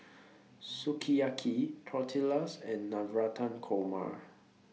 Sukiyaki Tortillas and Navratan Korma